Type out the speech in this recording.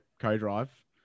co-drive